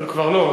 כבר לא.